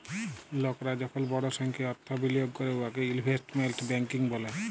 লকরা যখল বড় সংখ্যায় অথ্থ বিলিয়গ ক্যরে উয়াকে ইলভেস্টমেল্ট ব্যাংকিং ব্যলে